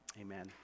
Amen